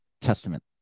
Testament